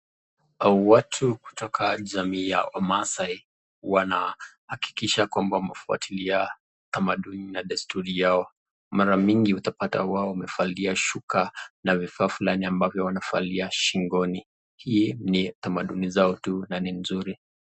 Watu kutoka jamii ya wamaasai wanahakikisha kwamba wamefuatilia utamaduni na desturi yao, mara mingi utapata wao wamevalia shuka na vifaa fulani ambapo amevalia shingoni, hi ni utamaduni zao tu na ni mzuri.